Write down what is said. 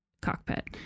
cockpit